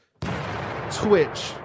Twitch